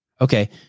Okay